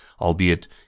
albeit